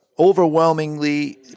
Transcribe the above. Overwhelmingly